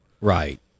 Right